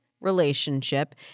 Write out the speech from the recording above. relationship